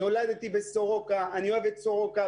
נולדתי בסורוקה, אני אוהב את סורוקה.